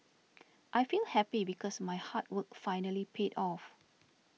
I feel happy because my hard work finally paid off